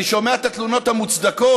ואני שומע את התלונות המוצדקות,